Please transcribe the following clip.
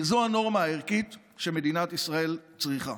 וזו הנורמה הערכית שמדינת ישראל צריכה.